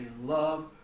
love